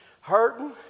hurting